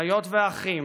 אחיות ואחים